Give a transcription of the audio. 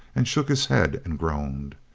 and shook his head and groaned.